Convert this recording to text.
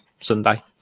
Sunday